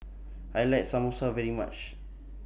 I like Samosa very much